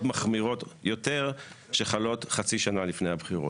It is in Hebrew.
מחמירות יותר שחלות חצי שנה לפני הבחירות.